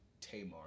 Tamar